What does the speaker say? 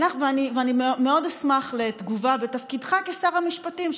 ואני מאוד אשמח לתגובה בתפקידך כשר המשפטים,